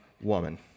woman